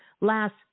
last